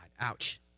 Ouch